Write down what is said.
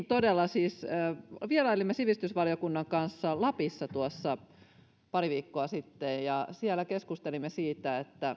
todella vierailimme sivistysvaliokunnan kanssa lapissa pari viikkoa sitten ja keskustelimme siitä